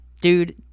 Dude